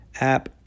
app